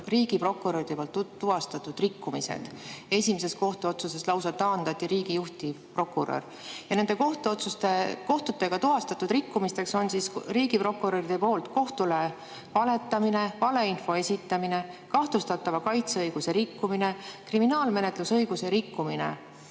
riigiprokuröride tuvastatud rikkumised. Esimeses kohtuotsuses lausa taandati juhtiv riigiprokurör. Ja nende kohtuotsustega tuvastatud rikkumised on järgmised: riigiprokuröride kohtule valetamine, valeinfo esitamine, kahtlustatava kaitseõiguse rikkumine, kriminaalmenetlusõiguse rikkumine.